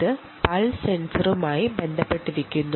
ഇത് പൾസ് സെൻസറുമായി ബന്ധപ്പെട്ടതാണ്